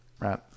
right